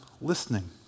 listening